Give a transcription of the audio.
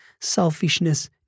selfishness